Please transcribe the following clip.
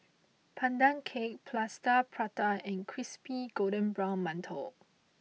Pandan Cake Plaster Prata and Crispy Golden Brown Mantou